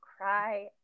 cry